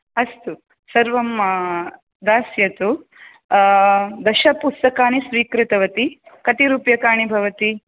अस्तु सर्वं दास्यतु दशपुस्तकानि स्वीकृतवती कति रूप्यकाणि भवति